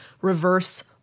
reverse